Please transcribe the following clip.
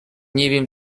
wiem